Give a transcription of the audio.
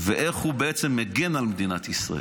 ואיך הוא מגן על מדינת ישראל.